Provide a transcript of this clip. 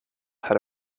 had